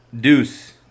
Deuce